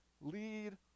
lead